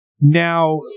Now